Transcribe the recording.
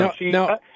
No